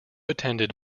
attended